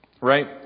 Right